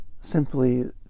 simply